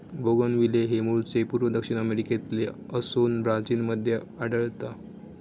bougainvillea हे मूळचे पूर्व दक्षिण अमेरिकेतले असोन ब्राझील मध्ये आढळता